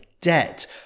debt